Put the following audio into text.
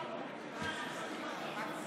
האם אתם מניחים